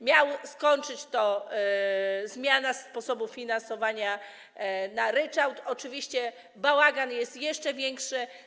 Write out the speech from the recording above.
Miało to się skończyć po zmianie sposobu finansowania na ryczałt, oczywiście bałagan jest jeszcze większy.